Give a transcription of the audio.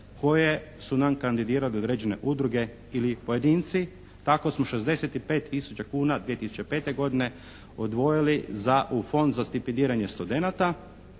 koje su nam kandidirali određene udruge ili pojedinci. Tako smo 65 tisuća kuna 2005. godine odvojili za, u Fond za stipendiranje studenata.